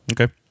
Okay